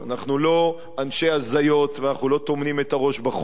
אנחנו לא אנשי הזיות ואנחנו לא טומנים את הראש בחול.